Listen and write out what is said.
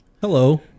Hello